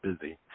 busy